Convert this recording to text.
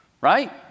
right